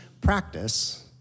practice